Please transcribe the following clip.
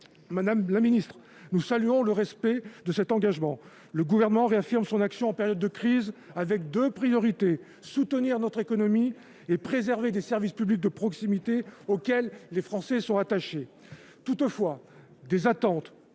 nous l'avons ! Nous saluons le respect de cet engagement, madame la ministre. Le Gouvernement réaffirme son action en période de crise, avec deux priorités : soutenir notre économie et préserver les services publics de proximité, auxquels les Français sont attachés. Toutefois, des attentes,